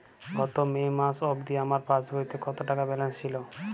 গত মে মাস অবধি আমার পাসবইতে কত টাকা ব্যালেন্স ছিল?